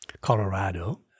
Colorado